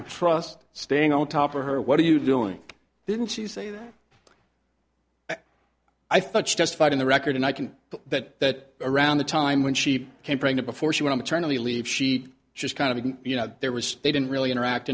of trust staying on top of her what are you doing didn't she say that i thought justified in the record and i can see that around the time when she became pregnant before she went to turn on the leave she just kind of you know there was they didn't really interact